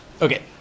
Okay